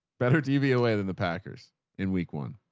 better tv away than the packers in week one.